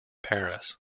paris